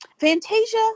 Fantasia